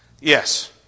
Yes